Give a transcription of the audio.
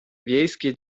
wiejskie